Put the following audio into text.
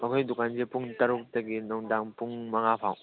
ꯑꯩꯈꯣꯏ ꯗꯨꯀꯥꯟꯁꯦ ꯄꯨꯡ ꯇꯔꯨꯛꯇꯒꯤ ꯅꯨꯡꯗꯥꯡ ꯄꯨꯡ ꯃꯉꯥ ꯐꯥꯎꯕ